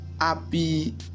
Happy